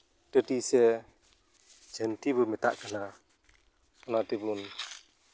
ᱴᱟᱹᱴᱤ ᱥᱮ ᱡᱷᱟᱹᱱᱴᱤ ᱵᱚ ᱢᱮᱛᱟᱜ ᱠᱟᱱᱟ ᱚᱱᱟᱛᱮᱧ ᱢᱮᱱ